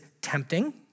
tempting